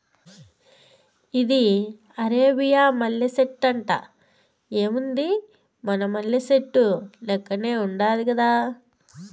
ఇది అరేబియా మల్లె సెట్టంట, ఏముంది మన మల్లె సెట్టు లెక్కనే ఉండాది గదా